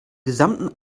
gesamten